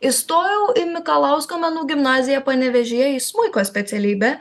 įstojau į mikalausko menų gimnaziją panevėžyje į smuiko specialybę